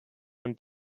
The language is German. und